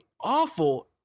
awful